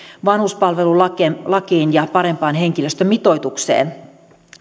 vanhuspalvelulakiin ja parempaan henkilöstömitoitukseen